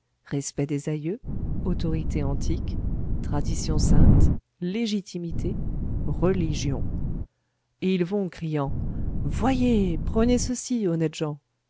respect des aïeux autorité antique tradition sainte légitimité religion et ils vont criant voyez prenez ceci honnêtes gens